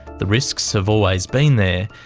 the risks have always been there,